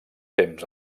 temps